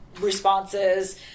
responses